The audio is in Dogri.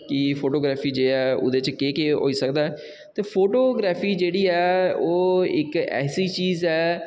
कि फोटोग्राफी जे ऐ ओह्दे च केह् केह् होई सकदा ऐ ते फोटोग्राफी जेह्ड़ी ऐ ओह् इक ऐसी चीज ऐ